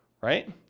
Right